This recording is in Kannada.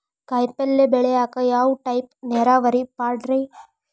ಕಾಯಿಪಲ್ಯ ಬೆಳಿಯಾಕ ಯಾವ ಟೈಪ್ ನೇರಾವರಿ ಪಾಡ್ರೇ?